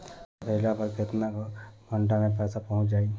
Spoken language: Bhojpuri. पैसा भेजला पर केतना घंटा मे पैसा चहुंप जाई?